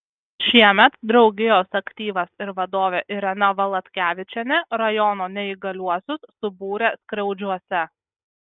šiemet draugijos aktyvas ir vadovė irena valatkevičienė rajono neįgaliuosius subūrė skriaudžiuose